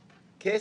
כסף,